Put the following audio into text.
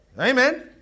Amen